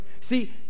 See